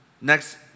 Next